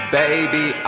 baby